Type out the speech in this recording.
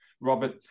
Robert